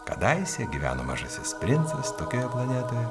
kadaise gyveno mažasis princas tokioje planetoje